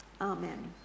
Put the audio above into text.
amen